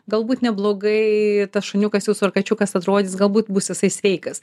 galbūt neblogai tas šuniukas jūsų ar kačiukas atrodys galbūt bus jisai sveikas